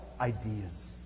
Ideas